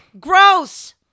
Gross